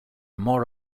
more